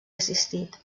assistit